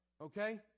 Okay